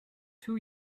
two